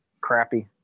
crappy